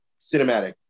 Cinematic